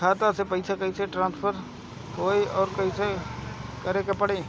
खाता से पैसा ट्रासर्फर न होई त का करे के पड़ी?